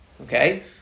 Okay